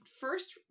first